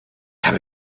habe